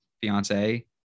fiance